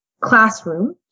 classroom